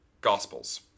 Gospels